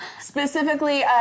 Specifically